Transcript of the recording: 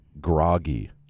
groggy